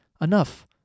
Enough